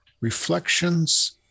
reflections